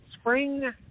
spring